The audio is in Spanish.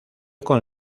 con